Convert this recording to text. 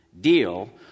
deal